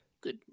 Good